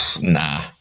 nah